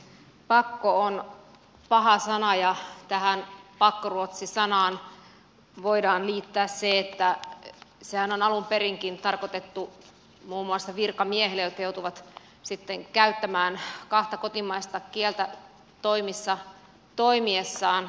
pakko on paha sana ja tähän pakkoruotsi sanaan voidaan liittää se että sehän on alun perinkin tarkoitettu muun muassa virkamiehille jotka joutuvat käyttämään kahta kotimaista kieltä toimissa toimiessaan